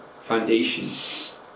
foundation